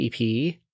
EP